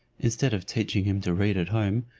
instead of teaching him to read at home,